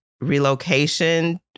relocation